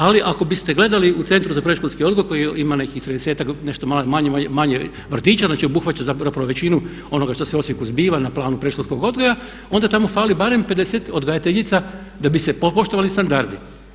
Ali ako biste gledali u Centru za predškolski odgoj koji ima nekih 30-ak, nešto malo manje vrtića, znači obuhvaća zapravo većinu onoga što se u Osijeku zbiva na planu predškolskog odgoja onda tamo fali barem 50 odgajateljica da bi se poštovali standardi.